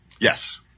Yes